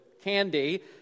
candy